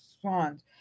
swans